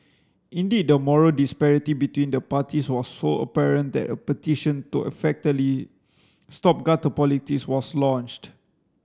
indeed the moral disparity between the parties was so apparent that a petition to effectively stop gutter politics was launched